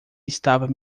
estava